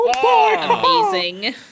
amazing